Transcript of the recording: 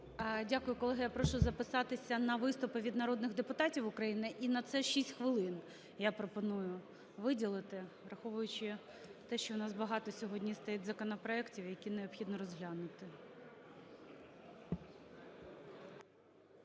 Дякую. Колеги, я прошу записатися на виступи від народних депутатів України, і на це 6 хвилин я пропоную виділити, враховуючи те, що у нас багато сьогодні стоять законопроектів, які необхідно розглянути.